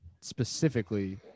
specifically